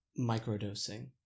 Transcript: microdosing